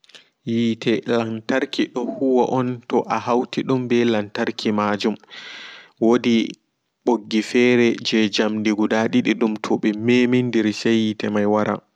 Yiite jantarki dohuwa on toa hautidum ɓe lantarki maajum woodi ɓoggi fere jei jamdi guda didi dum todi memindiri sei yiite mai wara.